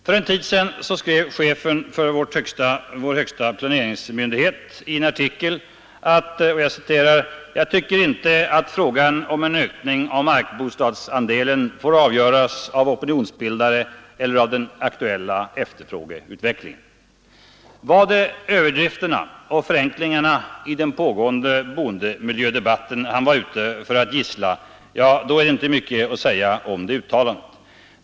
För en tid sedan skrev chefen för vår högsta planeringsmyndighet i en artikel: ”Jag tycker inte att frågan om en ökning av markbostadsandelen får avgöras av opinionsbildare eller av den aktuella efterfrågeutvecklingen.” Var det överdrifterna och förenklingarna i den pågående boendemiljödebatten han var ute för att gissla, ja, då är det inte så mycket att säga om uttalandet.